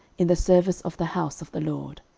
in the service of the house of the lord.